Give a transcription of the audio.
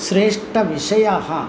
श्रेष्ठविषयाः